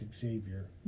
Xavier